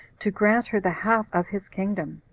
to grant her the half of his kingdom.